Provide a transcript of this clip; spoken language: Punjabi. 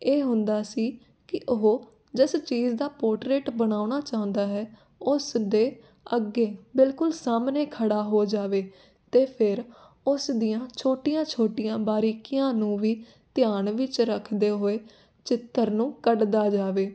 ਇਹ ਹੁੰਦਾ ਸੀ ਕਿ ਉਹ ਜਿਸ ਚੀਜ਼ ਦਾ ਪੋਰਟਰੇਟ ਬਣਾਉਣਾ ਚਾਹੁੰਦਾ ਹੈ ਉਸ ਦੇ ਅੱਗੇ ਬਿਲਕੁਲ ਸਾਹਮਣੇ ਖੜ੍ਹਾ ਹੋ ਜਾਵੇ ਅਤੇ ਫਿਰ ਉਸ ਦੀਆਂ ਛੋਟੀਆਂ ਛੋਟੀਆਂ ਬਾਰੀਕੀਆਂ ਨੂੰ ਵੀ ਧਿਆਨ ਵਿੱਚ ਰੱਖਦੇ ਹੋਏ ਚਿੱਤਰ ਨੂੰ ਕੱਢਦਾ ਜਾਵੇ